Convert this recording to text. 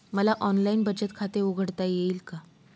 मला ऑनलाइन बचत खाते उघडता येईल का?